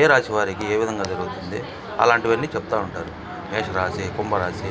ఏ రాశి వారికి ఏ విధంగా జరుగుతుంది అలాంటివన్నీ చెప్తా ఉంటారు మేషరాశి కుంభరాశి